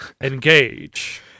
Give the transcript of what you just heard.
Engage